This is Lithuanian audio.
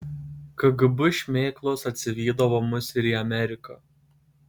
kgb šmėklos atsivydavo mus ir į ameriką